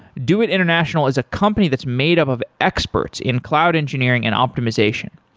doit international is a company that's made up of experts in cloud engineering and optimization.